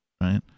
right